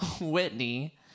Whitney